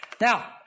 Now